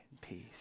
peace